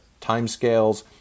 timescales